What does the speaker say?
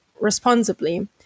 responsibly